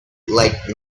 like